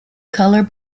color